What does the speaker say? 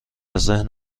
ذهن